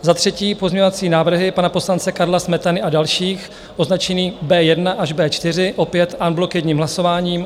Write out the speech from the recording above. Za třetí pozměňovací návrhy pana poslance Karla Smetany a dalších označené B1 až B4, opět en bloc jedním hlasováním.